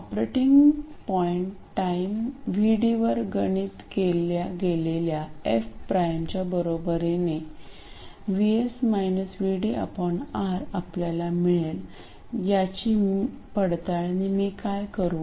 operating point time VD वर गणित केल्या गेलेल्या f प्राइमच्या बरोबरीने R आपल्याला मिळेल याची पडताळणी मी काय करू